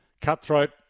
cutthroat